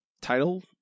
Title